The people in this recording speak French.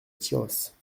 tyrosse